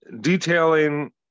detailing